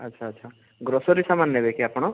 ଆଚ୍ଛା ଆଚ୍ଛା ଗ୍ରୋସରୀ ସାମାନ ନେବେ କି ଆପଣ